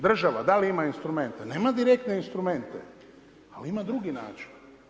Država da li ima instrumente, nema direktne instrumente, ali ima drugi način.